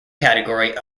category